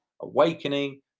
awakening